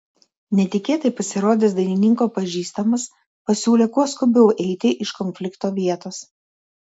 netikėtai pasirodęs dainininko pažįstamas pasiūlė kuo skubiau eiti iš konflikto vietos